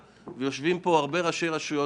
יושבים פה הרבה ראשי רשויות.